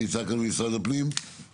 נציג משרד הפנים, אתה